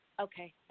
Okay